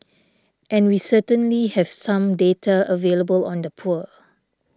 and we certainly have some data available on the poor